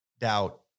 doubt